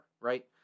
Right